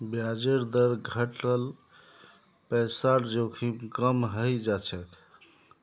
ब्याजेर दर घट ल पैसार जोखिम कम हइ जा छेक